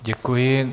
Děkuji.